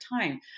time